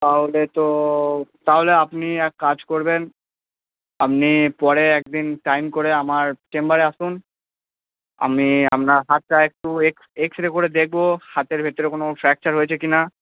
তাহলে তো তাহলে আপনি এক কাজ করবেন আপনি পরে একদিন টাইম করে আমার চেম্বারে আসুন আমি আপনার হাতটা একটু এক্স এক্স রে করে দেখবো হাতের ভেতরে কোনো ফ্র্যাকচার হয়েছে কিনা